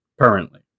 currently